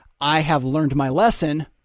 I-have-learned-my-lesson